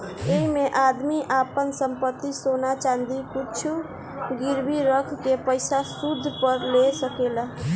ऐइमे आदमी आपन संपत्ति, सोना चाँदी कुछु गिरवी रख के पइसा सूद पर ले सकेला